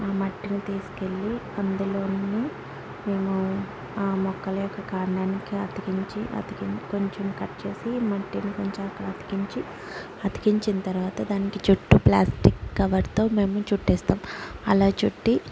ఆ మట్టిని తీసుకెళ్ళి అందులో నుండి మేము ఆ మొక్కల యొక్క కాండానికి అతికించి అతికి కొంచెం కట్ చేసి మట్టిని కొంచెం అక్కడ అతికించి అతికించిన తర్వాత దానికి చుట్టూ ప్లాస్టిక్ కవర్తో మేము చుట్టేస్తాం అలా చుట్టి